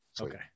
Okay